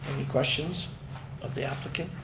any questions of the applicant?